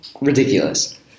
ridiculous